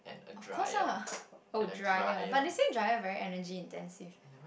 of course ah I would dryer but they said dryer is very energy intensive